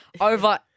over